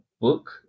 book